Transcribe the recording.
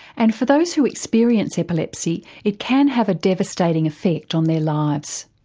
and for those who experience epilepsy it can have a devastating effect on their lives.